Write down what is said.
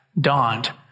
dawned